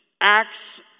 acts